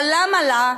אבל למה לה,